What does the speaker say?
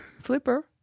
Flipper